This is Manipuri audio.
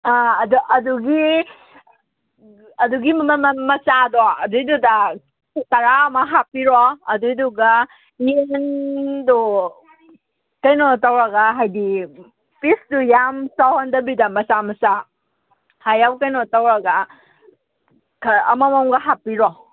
ꯑꯥ ꯑꯗ ꯑꯗꯨꯒꯤ ꯑꯗꯨꯒꯤ ꯃꯆꯥꯗꯣ ꯑꯗꯨꯏꯗꯨꯗ ꯇꯔꯥ ꯑꯃ ꯍꯥꯞꯄꯤꯔꯣ ꯑꯗꯨꯏꯗꯨꯒ ꯀꯩꯅꯣ ꯇꯧꯔꯒ ꯍꯥꯏꯗꯤ ꯄꯤꯁꯇꯨ ꯌꯥꯝ ꯆꯥꯎꯍꯟꯗꯕꯤꯗ ꯃꯆꯥ ꯃꯆꯥ ꯍꯥꯏꯔꯞ ꯀꯩꯅꯣ ꯇꯧꯔꯒ ꯈꯔ ꯑꯃꯃꯝꯒ ꯍꯥꯞꯄꯤꯔꯣ